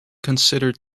considered